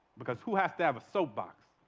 because who has to have a soapbox?